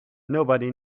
nobody